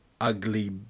ugly